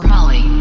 Molly